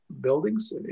buildings